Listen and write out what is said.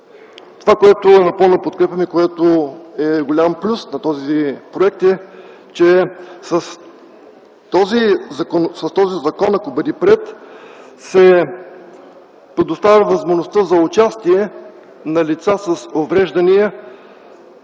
Това, което напълно подкрепям и което е голям плюс на този проект, е, че с този закон, ако бъде приет, се предоставя възможността за участие на лица с увреждания